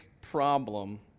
problem